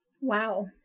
Wow